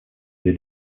des